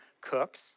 cooks